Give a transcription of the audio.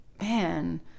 man